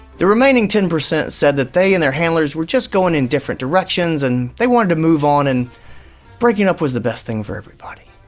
the remaining ten percent said that they and their handlers were just going in different directions, and they wanted to move on, and breaking up was the best thing for everybody.